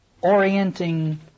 orienting